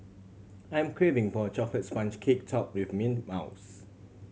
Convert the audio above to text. I'm craving for a chocolate sponge cake topped with mint mouse